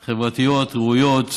המוצמדות חברתיות, ראויות,